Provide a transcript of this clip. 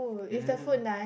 ya